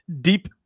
deep